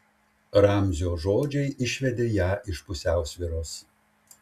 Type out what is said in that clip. ramzio žodžiai išvedė ją iš pusiausvyros